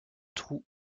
trous